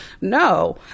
No